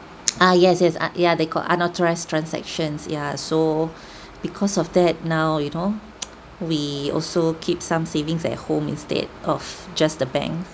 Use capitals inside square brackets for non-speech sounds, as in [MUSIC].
ah yes yes ah yeah they called unauthorised transactions ya so [BREATH] because of that now you know [NOISE] we also keep some savings at home instead of just the bank